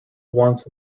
wants